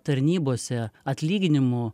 tarnybose atlyginimų